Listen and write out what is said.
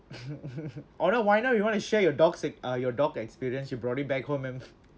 or no why not you want to share your dog s~ uh your dog experience you brought it back home an~